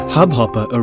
Hubhopper